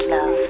Love